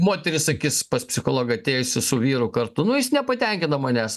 moteris sakys pas psichologą atėjusi su vyru kartu nu jis nepatenkina manęs